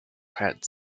heads